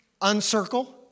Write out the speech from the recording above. uncircle